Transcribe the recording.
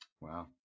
Wow